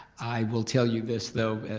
i will tell you this though,